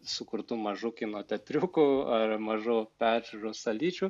sukurtų mažų kino teatriukų ar mažų peržiūros salyčių